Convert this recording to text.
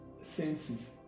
senses